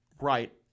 Right